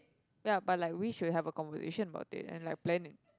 ya but like we should have a conversation about it and like plan it